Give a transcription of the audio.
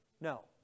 No